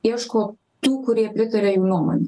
ieško tų kurie pritaria jų nuomon